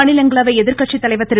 மாநிலங்களவை எதிர்கட்சித்தலைவர் திரு